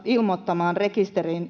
ilmoittamaan rekisteriin